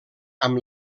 amb